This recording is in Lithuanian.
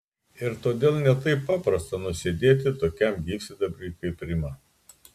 ir todėl ne taip paprasta nusėdėti tokiam gyvsidabriui kaip rima